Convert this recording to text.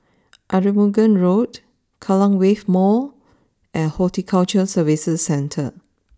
Arumugam Road Kallang Wave Mall and Horticulture Services Centre